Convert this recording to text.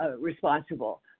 responsible